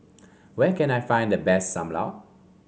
where can I find the best Sam Lau